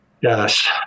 Yes